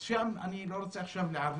שם אני לא רוצה לערבב,